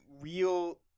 real